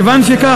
כיוון שכך,